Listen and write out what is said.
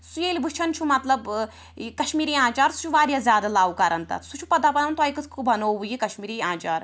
سُہ ییٚلہِ وُچھان چھُ مطلب ٲں یہِ کشمیٖری آنٛچار سُہ چھُ واریاہ زیادٕ لَو کران تَتھ سُہ چھُ پَتہٕ دَپان تۄہہِ کٕتھ کٕنۍ بنوووُ یہِ کشمیٖری آنٛچار